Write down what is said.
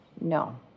No